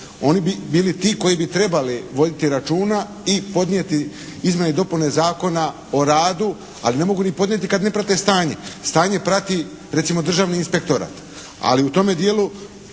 Oni bi bili ti koji bi trebali voditi računa i podnijeti izmjene i dopune Zakona o radu, ali ne mogu ih podnijeti kad ne prate stanje. Stanje prati recimo Državni inspektorat, ali u tome dijelu